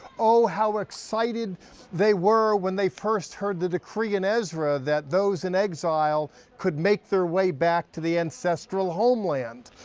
oh how excited they were when they first heard the decree in ezra, that those in exile could make their way back to the ancestral homeland.